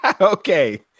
Okay